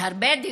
יש הרבה דיונים,